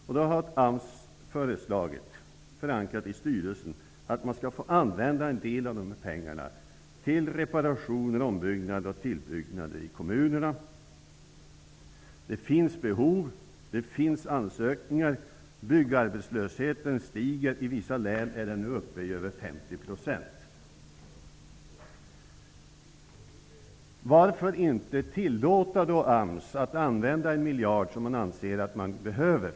AMS har föreslagit att en del av dessa pengar skall användas till reparationer och om och tillbyggnader i kommunerna. Det finns behov. Det finns ansökningar. Byggarbetslösheten stiger. I vissa län är den nu uppe i över 50 %. Varför kan man inte tillåta AMS att för detta ändamål använda en miljard, som man anser behövs?